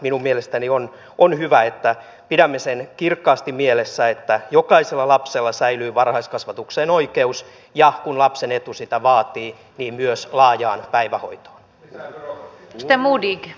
minun mielestäni on hyvä että pidämme sen kirkkaasti mielessä että jokaisella lapsella säilyyoikeus varhaiskasvatukseen ja kun lapsen etu sitä vaatii myös laajaan päivähoitoon